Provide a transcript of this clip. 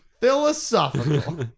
Philosophical